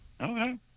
Okay